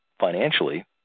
financially